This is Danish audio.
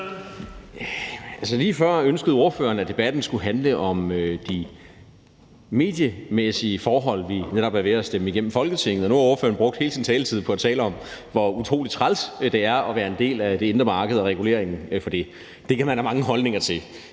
Lige før ønskede ordføreren, at debatten skulle handle om de mediemæssige forhold, vi netop er ved at stemme igennem Folketinget, og nu har ordføreren brugt hele sin taletid på at tale om, hvor utrolig træls det er at være en del af det indre marked og reguleringen af det. Det kan man have mange holdninger til.